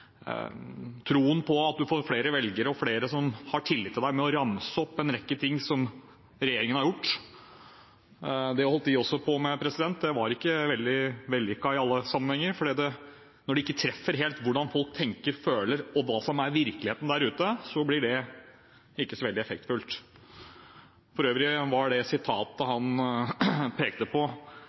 troen på at du får flere velgere og flere som har tillit til deg, ved å ramse opp en rekke ting som regjeringen har gjort. Det holdt de også på med. Det var ikke veldig vellykket i alle sammenhenger, for når det ikke treffer helt hvordan folk tenker, føler og hva som er virkeligheten der ute, blir det ikke så veldig effektfullt. For øvrig var det